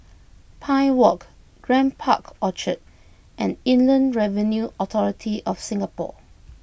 Pine Walk Grand Park Orchard and Inland Revenue Authority of Singapore